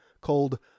called